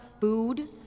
Food